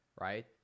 right